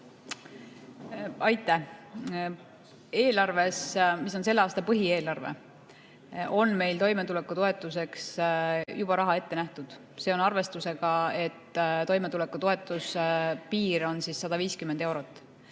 Aitäh! Eelarves, mis on selle aasta põhieelarve, on meil toimetulekutoetuseks juba raha ette nähtud. See on arvestusega, et toimetulekutoetuse piir on 150 eurot.